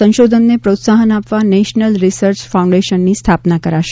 સંશોધનને પ્રોત્સાહન આપવા નેશનલ રિસર્ચ ફાઉન્ડેશનની સ્થાપના કરાશે